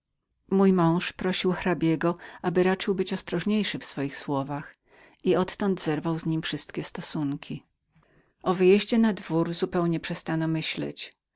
mój mąż prosił hrabiego aby raczył być ostrożniejszym w swoich słowach i odtąd nigdy do niego nie wrócił o wyjeździe na dwór zupełnie przestano myśleć